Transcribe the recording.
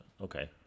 Okay